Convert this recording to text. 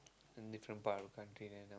different part of the country then